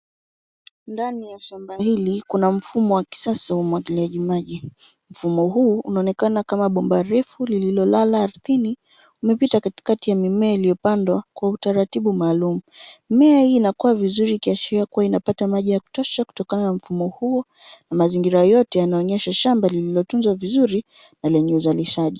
Ndani ya shamba hili kuna mfumo wa kisasa wa umwagiliaji maji. Mfumo huu unaonekana kama bomba refu lililolala ardhini, umepita katikati ya mimea iliyopandwa kwa utaratibu maalum. Mimea hii inakua vizuri ikiashiaria kuwa inapata maji ya kutosha kutokana na mfumo huo, na mazingira yote yanaonyesha shamba lililotunzwa vizuri, na lenye uzalishaji.